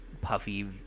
puffy